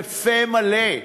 בפה מלא,